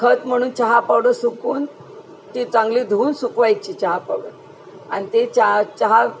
खत म्हणून चहा पावडं सुकून ती चांगली धुवून सुकवायची चहा पावड आणि ते चहा चहा